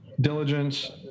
diligence